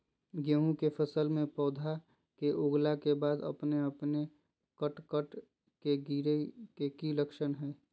गेहूं के फसल में पौधा के उगला के बाद अपने अपने कट कट के गिरे के की लक्षण हय?